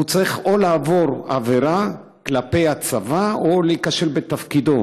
הוא צריך או לעבור עבירה כלפי הצבא או להיכשל בתפקידו.